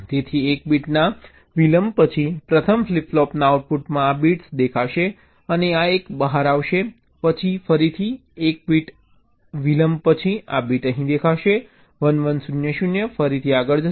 તેથી એક બીટના વિલંબ પછી પ્રથમ ફ્લિપ ફ્લોપના આઉટપુટમાં આ બિટ્સ દેખાશે અને આ એક બહાર આવશે પછી ફરીથી એક બીટ વિલંબ પછી આ બીટ અહીં દેખાશે 1 1 0 0 ફરીથી આગળ જશે